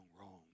wrong